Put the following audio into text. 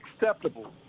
acceptable